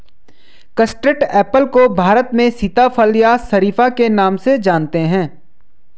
custard apple को भारत में सीताफल या शरीफा के नाम से जानते हैं